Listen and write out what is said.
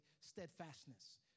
steadfastness